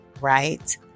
right